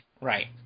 Right